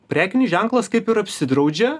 prekinis ženklas kaip ir apsidraudžia